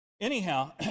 anyhow